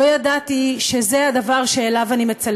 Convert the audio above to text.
לא ידעתי שזה הדבר שאליו אני מצלצל.